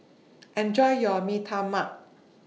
Enjoy your Mee Tai Mak